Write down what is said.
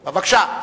בבקשה,